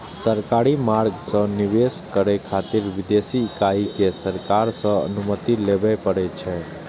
सरकारी मार्ग सं निवेश करै खातिर विदेशी इकाई कें सरकार सं अनुमति लेबय पड़ै छै